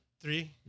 Three